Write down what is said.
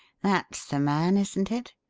that's the man, isn't it?